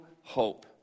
hope